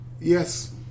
yes